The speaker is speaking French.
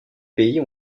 pays